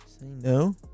No